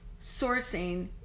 sourcing